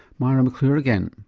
myra mcclure again.